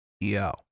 yo